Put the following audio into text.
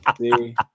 see